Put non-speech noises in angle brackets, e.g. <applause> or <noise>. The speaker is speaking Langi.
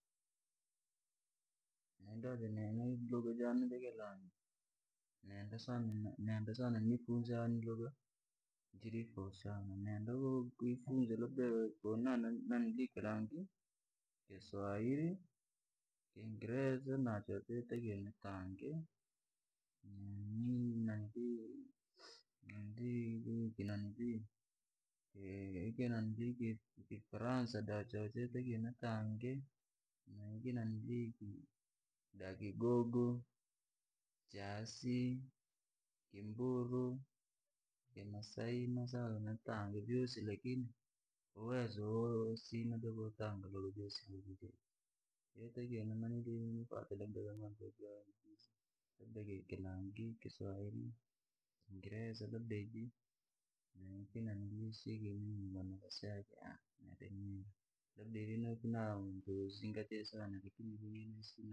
Nini luga jani jakilangi, nenda sana niifunze luga kilangi, kiswairi, kingereza, na sakuntange <hesitation> kifaransa. No sakanitange da kigogo, chaasi, kimburu, kimasai na sakanitange vyosi lakini, uwezo wasina ruku wotanga vyosi, yotakiwa niurye vantu labda kilangi, kiswahiri, kingereza, labda naiki nozingatia sana.